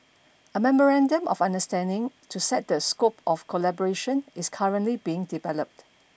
a memorandum of understanding to set the scope of collaboration is currently being developed